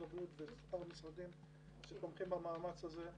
הבריאות ושל כל המשרדים שתומכים במאמץ הזה,